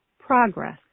progress